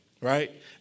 right